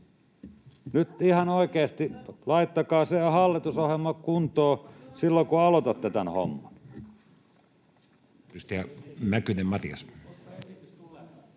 Nyt ihan oikeasti, laittakaa se hallitusohjelma kuntoon silloin, kun aloitatte tämän homman. Edustaja Mäkynen, Matias.